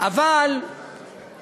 כן ירבו.